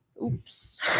Oops